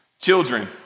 Children